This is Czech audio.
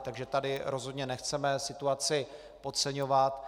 Takže tady rozhodně nechceme situaci podceňovat.